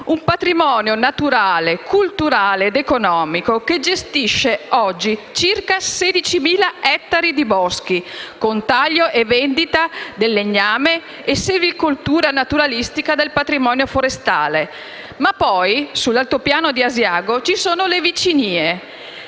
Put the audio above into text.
un patrimonio naturale, culturale ed economico che gestisce oggi circa 16.000 ettari di boschi, con taglio e vendita del legname e selvicoltura naturalistica del patrimonio forestale. Sull'Altopiano di Asiago, poi, vi sono le vicinie.